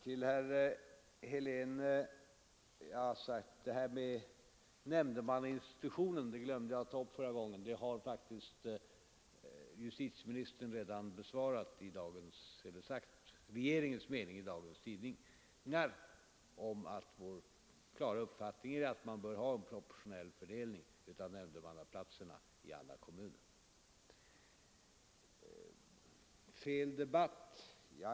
Till herr Helén vill jag ha sagt att när det gäller nämndemannainstitutionen — det glömde jag att ta upp förra gången — har faktiskt justitieministern redan deklarerat regeringens mening i dagens tidning. Vår klara uppfattning är att man bör ha en proportionell uppdelning av nämndemannaplatserna i alla kommuner. Det har talats om fel debatt.